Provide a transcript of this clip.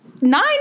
nine